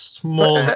Small